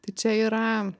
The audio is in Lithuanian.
tai čia yra